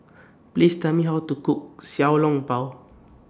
Please Tell Me How to Cook Xiao Long Bao